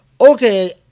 okay